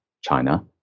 China